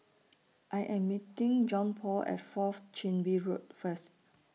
I Am meeting Johnpaul At Fourth Chin Bee Road First